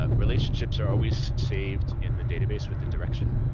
ah relationships are always saved in the database with a direction,